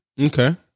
Okay